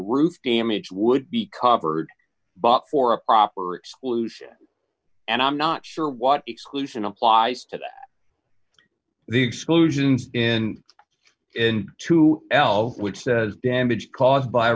roof damage would be covered but for a proper exclusive and i'm not sure what exclusion applies to that the exclusions in two l which says damage caused by a